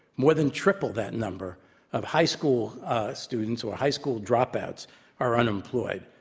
more than triple that number of high school ah students or high school dropouts are unemployed.